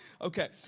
Okay